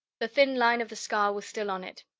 the thin line of the scar was still on it.